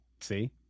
see